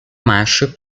macho